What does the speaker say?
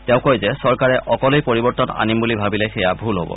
তেওঁ কয় যে চৰকাৰে অকলেই পৰিৱৰ্তন আনিম বুলি ভাৱিলে সেয়া ভূল হব